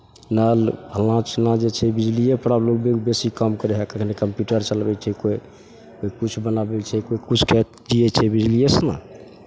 नल फल्लाँ चिल्लाँ जे छै बिजलिएके प्रोबलम बेसी काम करै हइ कखनो कम्प्यूटर चलबै छै कोइ कोइ किछु बनाबै छै कोइ किछु करै छै बिजलिएसँ ने